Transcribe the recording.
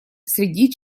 среди